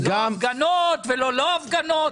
גם לא הפגנות.